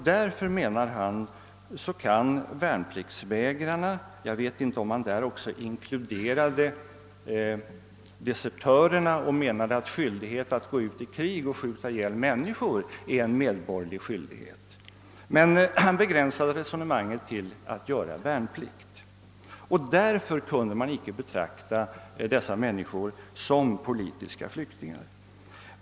Därför, menade han, kan värnpliktsvägrarna — jag vet inte om han inkluderar också desertörerna i den gruppen och menar att skyldighet att gå ut i krig och skjuta ihjäl människor är en medborgerlig skyldighet — inte betraktas som politiska flyktingar.